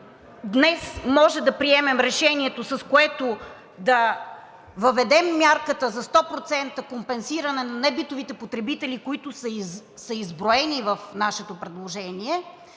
днес може да приемем решението, с което да въведем мярката за 100% компенсиране на небитовите потребители, които са изброени в нашето предложение,